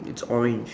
it's orange